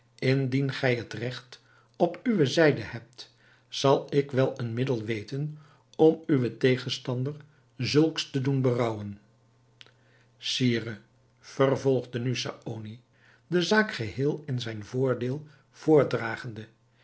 indien gij het regt op uwe zijde hebt zal ik wel een middel weten om uwen tegenstander zulks te doen berouwen sire vervolgde nu saony de zaak geheel in zijn voordeel